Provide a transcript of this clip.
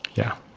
yeah